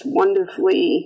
wonderfully